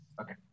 okay